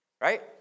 Right